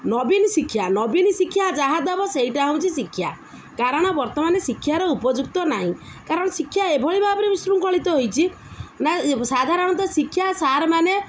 ନବୀନ ଶିକ୍ଷା ନବୀନ୍ ଶିକ୍ଷା ଯାହା ଦେବ ସେଇଟା ହେଉଛି ଶିକ୍ଷା କାରଣ ବର୍ତ୍ତମାନ ଶିକ୍ଷାର ଉପଯୁକ୍ତ ନାହିଁ କାରଣ ଶିକ୍ଷା ଏଭଳି ଭାବରେ ବିଶୃଙ୍ଖଳିତ ହୋଇଛି ନା ସାଧାରଣତଃ ଶିକ୍ଷା ସାର୍ମାନେ